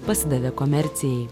pasidavė komercijai